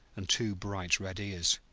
and two bright red ears.